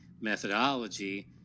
methodology